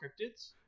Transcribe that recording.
cryptids